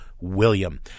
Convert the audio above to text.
William